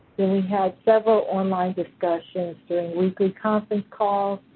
and we had several online discussions during weekly conference calls